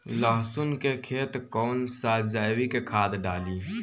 लहसुन के खेत कौन सा जैविक खाद डाली?